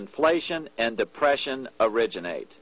inflation and depression originate